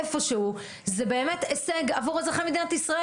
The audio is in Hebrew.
איפשהו זה באמת הישג עבור אזרחי מדינת ישראל.